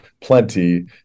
plenty